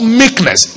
meekness